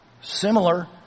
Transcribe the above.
Similar